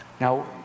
Now